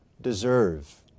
deserve